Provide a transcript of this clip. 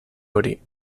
hori